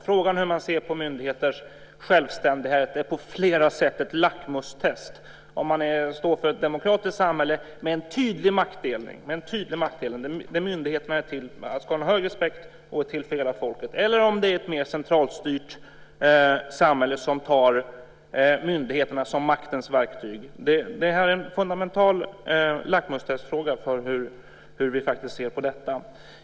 Frågan om hur man ser på myndigheters självständighet är på flera sätt ett lackmustest: om man står för ett demokratiskt samhälle, med en tydlig maktdelning, där myndigheterna ska ha en hög respekt och är till för hela folket, eller om det är ett mer centralstyrt samhälle, som har myndigheterna som maktens verktyg. Det är en fundamental lackmustestfråga hur vi ser på detta.